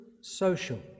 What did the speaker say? Social